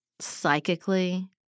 psychically